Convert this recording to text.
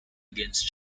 against